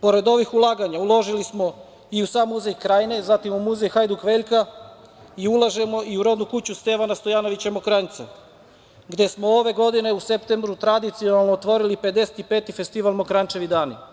Pored ovih ulaganja, uložili smo i u sam Muzej Krajine, zatim, u Muzej Hajduk Veljka i ulažemo i u rodnu kuću Stevana Stojanovića Mokranjca, gde smo ove godine u septembru tradicionalno otvorili 55. festival Mokranjčevi dani.